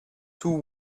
two